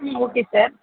ம் okay sir